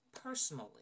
personally